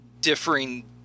differing